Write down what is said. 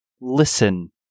Listen